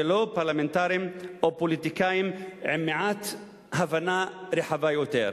ולא פרלמנטרים או פוליטיקאים עם מעט הבנה רחבה יותר.